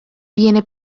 viene